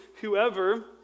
whoever